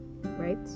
right